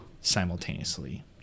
simultaneously